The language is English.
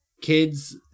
kids